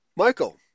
Michael